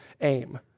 aim